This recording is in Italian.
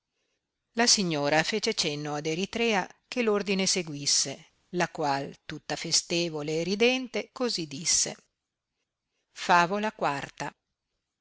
la signora fece cenno ad eritrea che l'ordine seguisse la qual tutta festevole e ridente così disse favola